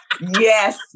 Yes